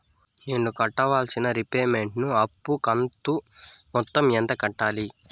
నేను కట్టాల్సిన రీపేమెంట్ ను అప్పు కంతు మొత్తం ఎంత కట్టాలి?